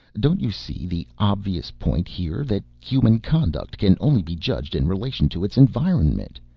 don't you see the obvious point here that human conduct can only be judged in relation to its environment?